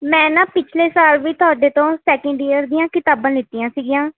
ਮੈਂ ਨਾ ਪਿਛਲੇ ਸਾਲ ਵੀ ਤੁਹਾਡੇ ਤੋਂ ਸੈਕਿੰਡ ਈਅਰ ਦੀਆਂ ਕਿਤਾਬਾਂ ਲਿੱਤੀਆਂ ਸੀਗੀਆਂ